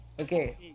Okay